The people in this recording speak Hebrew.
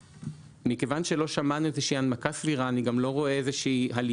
מכיוון שלא שמענו איזושהי הנמקה סבירה,